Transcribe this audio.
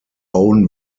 own